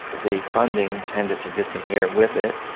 the funding tended to disappear with it,